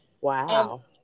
Wow